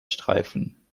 streifen